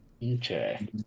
Okay